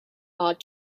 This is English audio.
hard